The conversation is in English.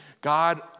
God